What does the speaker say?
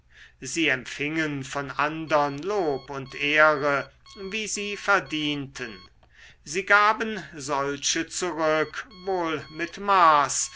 sie empfingen von andern lob und ehre wie sie verdienten sie gaben solche zurück wohl mit maß